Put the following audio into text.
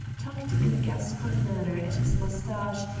tugged in gascon manner at his moustache,